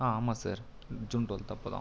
ஆமாம் sir June twelfth அப்போ தான்